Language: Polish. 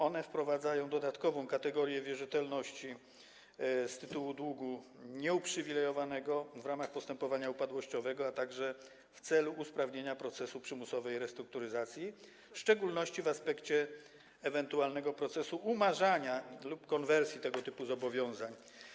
One wprowadzają dodatkową kategorię wierzytelności z tytułu długu nieuprzywilejowanego w ramach postępowania upadłościowego w celu usprawnienia procesu przymusowej restrukturyzacji, w szczególności w aspekcie ewentualnego procesu umarzania lub konwersji tego typu zobowiązań.